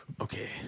Okay